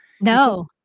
no